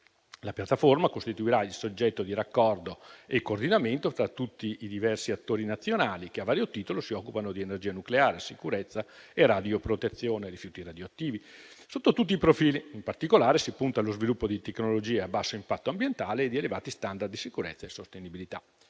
la "piattaforma" costituirà il soggetto di raccordo e coordinamento tra tutti i diversi attori nazionali che a vario titolo si occupano di energia nucleare, sicurezza e radioprotezione, rifiuti radioattivi, sotto tutti i profili. In particolare, si punta allo sviluppo di tecnologie a basso impatto ambientale e ad elevati *standard* di sicurezza e sostenibilità,